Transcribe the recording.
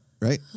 Right